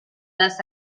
les